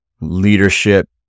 leadership